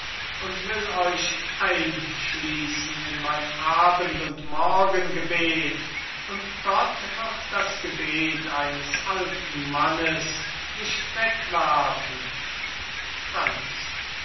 und will euch einschliessen in mein abend und morgengebet und gott wird das gebet eines alten mannes nicht wegwerfen franz